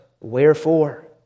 Wherefore